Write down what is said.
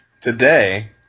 Today